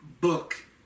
book